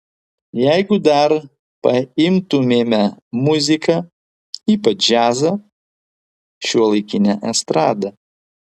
jeigu dar paimtumėme muziką ypač džiazą šiuolaikinę estradą